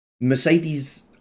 Mercedes